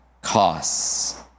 costs